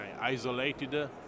isolated